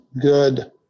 good